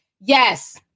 Yes